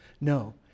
No